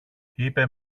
είπε